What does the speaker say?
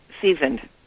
Seasoned